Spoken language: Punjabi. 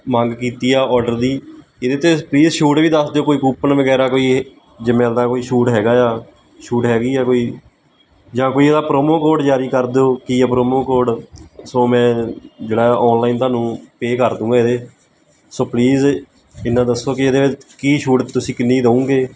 ਮੰਗ ਕੀਤੀ ਆ ਔਡਰ ਦੀ ਇਹਦੇ 'ਤੇ ਪਲੀਜ਼ ਛੂਟ ਵੀ ਦੱਸ ਦਿਓ ਕੋਈ ਕੂਪਨ ਵਗੈਰਾ ਕੋਈ ਜਿਵੇਂ ਦਾ ਕੋਈ ਛੂਟ ਹੈਗਾ ਆ ਛੂਟ ਹੈਗੀ ਆ ਕੋਈ ਜਾਂ ਕੋਈ ਉਹਦਾ ਪ੍ਰੋਮੋਕੋਡ ਜਾਰੀ ਕਰ ਦਿਓ ਕੀ ਆ ਪ੍ਰੋਮੋਕੋਡ ਸੋ ਮੈਂ ਜਿਹੜਾ ਔਨਲਾਈਨ ਤੁਹਾਨੂੰ ਪੇ ਕਰ ਦੂਗਾ ਇਹਦੇ ਸੋ ਪਲੀਜ਼ ਇੰਨਾ ਦੱਸੋ ਕਿ ਇਹਦੇ ਵਿੱਚ ਕੀ ਛੂਟ ਤੁਸੀਂ ਕਿੰਨੀ ਦਊਗੇ